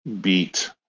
beat